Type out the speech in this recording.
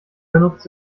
benutzt